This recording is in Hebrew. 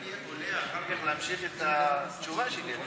אני עולה אחר כך להמשיך את התשובה שלי.